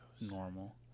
normal